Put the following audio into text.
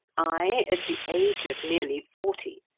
i, at the age of nearly forty,